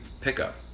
pickup